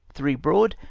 three broad,